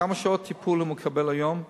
כמה שעות טיפול הוא מקבל היום?